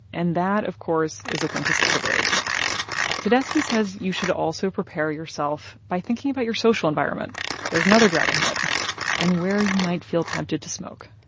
and that, of course, is a thing to celebrate tedeschi says you should also prepare yourself by thinking about your social environment environment there's another dragon head and where you might feel tempted to smoke.